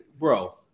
bro